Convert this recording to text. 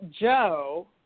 Joe